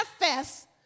manifest